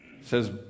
says